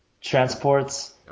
transports